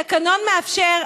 התקנון מאפשר,